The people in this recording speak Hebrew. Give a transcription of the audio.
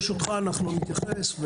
ברשותך, אנחנו נתייחס.